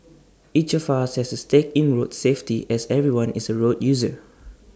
each of us has A stake in road safety as everyone is A road user